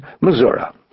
Missouri